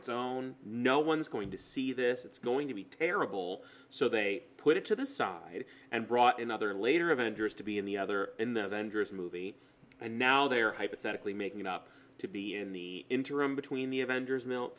it's own no one's going to see this it's going to be terrible so they put it to the side and brought in other later avengers to be in the other in the vendor's movie and now they're hypothetically making it up to be in the interim between the avengers milk